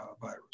virus